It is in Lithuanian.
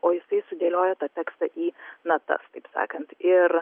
o jisai sudėliojo tą tekstą į natas taip sakant ir